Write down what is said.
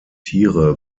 tiere